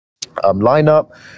lineup